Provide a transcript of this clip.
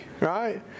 right